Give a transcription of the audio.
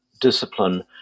discipline